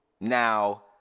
now